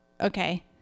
okay